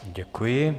Děkuji.